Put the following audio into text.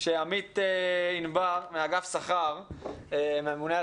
שעמית ענבר מאגף הממונה על